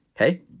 okay